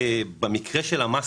במקרה של המס